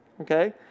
Okay